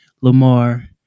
Lamar